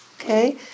Okay